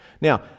Now